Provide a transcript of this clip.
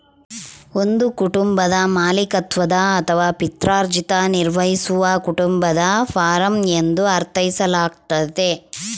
ಒಂದು ಕುಟುಂಬದ ಮಾಲೀಕತ್ವದ ಅಥವಾ ಪಿತ್ರಾರ್ಜಿತ ನಿರ್ವಹಿಸುವ ಕುಟುಂಬದ ಫಾರ್ಮ ಎಂದು ಅರ್ಥೈಸಲಾಗ್ತತೆ